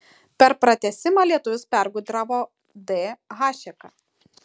per pratęsimą lietuvis pergudravo d hašeką